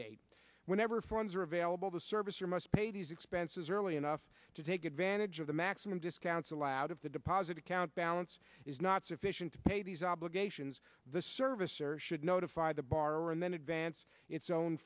date whenever funds are available to service or must pay these expenses early enough to take advantage of the maximum discounts allowed of the deposit account balance is not sufficient to pay these obligations the servicer should notify the borrower and then advance its own